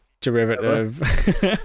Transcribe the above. derivative